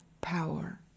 power